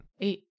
Eight